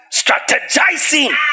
strategizing